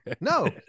No